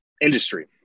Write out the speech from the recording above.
industry